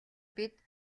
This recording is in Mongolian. бид